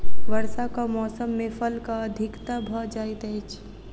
वर्षाक मौसम मे फलक अधिकता भ जाइत अछि